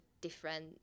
different